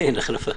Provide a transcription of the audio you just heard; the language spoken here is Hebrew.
כן, החלפה.